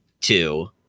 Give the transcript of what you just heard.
Two